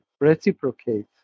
reciprocate